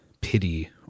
pity